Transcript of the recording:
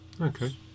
Okay